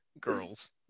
girls